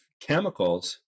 chemicals